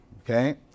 okay